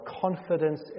Confidence